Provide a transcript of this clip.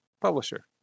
publisher